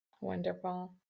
Wonderful